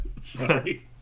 sorry